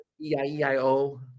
E-I-E-I-O